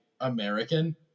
American